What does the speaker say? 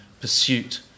pursuit